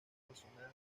profesional